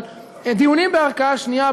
אבל בדיונים בערכאה שנייה,